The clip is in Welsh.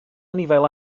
anifail